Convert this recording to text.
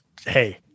hey